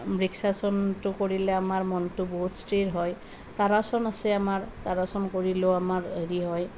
বৃক্সাসনটো কৰিলে আমাৰ মনটো বহুত স্থিৰ হয় তাৰাসন আছে আমাৰ তাৰাসন কৰিলেও আমাৰ হেৰি হয়